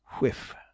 whiff